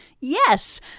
Yes